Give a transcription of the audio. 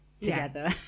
together